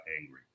angry